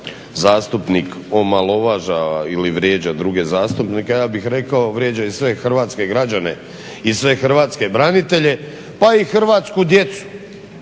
zastupnik omalovažava ili vrijeđa druge zastupnike, a ja bih rekao vrijeđa i sve hrvatske građane i sve hrvatske branitelje, pa i hrvatsku djecu